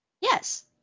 Yes